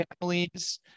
families